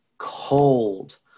cold